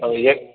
எ